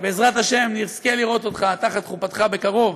שבעזרת השם נזכה לראות אותך תחת חופתך בקרוב,